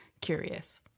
curious